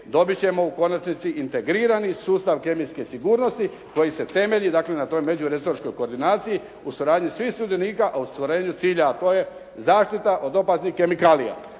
Dobit ćemo u konačnici integrirani sustav kemijske sigurnosti koji se temelji dakle na toj međuresorskoj koordinaciji u suradnji svih sudionika, a u ostvarenju cilja, a to je zaštita od opasnih kemikalija,